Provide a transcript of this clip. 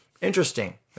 interesting